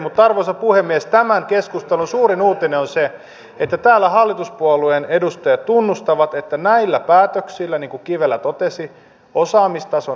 mutta arvoisa puhemies tämän keskustelun suurin uutinen on se että täällä hallituspuolueen edustajat tunnustavat että näillä päätöksillä niin kuin kivelä totesi osaamistason nousu pysähtyy